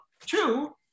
Two